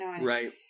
Right